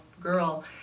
girl